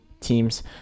teams